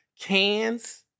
cans